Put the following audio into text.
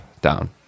down